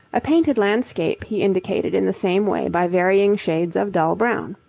a painted landscape he indicated in the same way by varying shades of dull brown.